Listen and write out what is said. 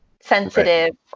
sensitive